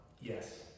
Yes